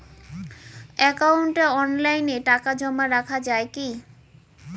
একাউন্টে অনলাইনে টাকা জমা রাখা য়ায় কি?